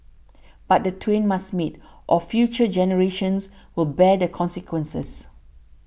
but the twain must meet or future generations will bear the consequences